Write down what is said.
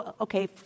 Okay